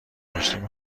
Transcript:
داشتیم